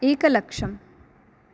एकलक्षम्